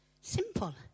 Simple